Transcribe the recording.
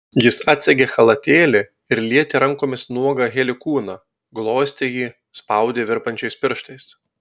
jis atsegė chalatėlį ir lietė rankomis nuogą heli kūną glostė jį spaudė virpančiais pirštais